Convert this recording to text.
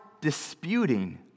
disputing